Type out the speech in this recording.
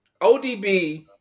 ODB